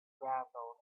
gravel